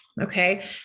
Okay